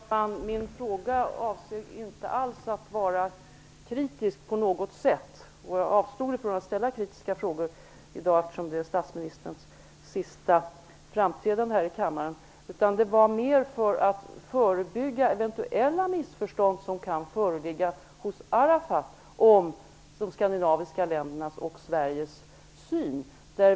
Fru talman! Min fråga avsåg inte att på något sätt vara kritisk. Jag avstår från att ställa kritiska frågor i dag, eftersom det är statsministerns sista framträdande här i kammaren. Det handlar mer om att förebygga eventuella missförstånd som kan föreligga hos Arafat om de skandinaviska ländernas och Sveriges syn.